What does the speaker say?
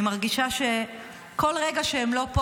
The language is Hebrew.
אני מרגישה שכל רגע שהם לא פה,